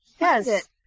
Yes